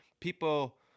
People